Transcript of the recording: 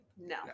No